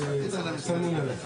אתם אומרים,